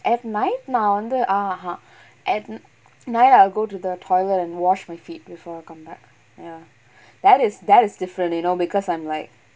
at night நா வந்து:naa vanthu at night I'll go to the toilet and wash my feet before I come back ya that is that is different you know because I'm like